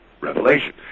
revelation